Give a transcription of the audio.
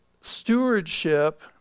stewardship